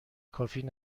کافی